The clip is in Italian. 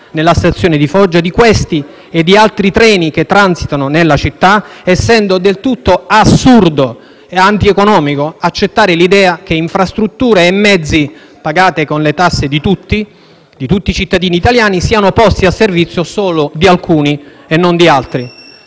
nella stazione di Foggia di questi e di altri treni che transitano nella città, essendo del tutto assurdo e antieconomico accettare l'idea che infrastrutture e mezzi pagati con le tasse di tutti i cittadini italiani siano posti al servizio solo di alcuni e non di altri.